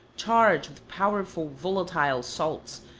charged with powerful volatile salts,